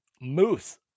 Moose